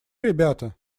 ребята